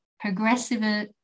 Progressive